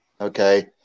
okay